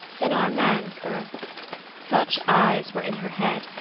than our man's earth such eyes were in her head,